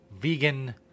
vegan